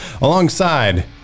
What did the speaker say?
alongside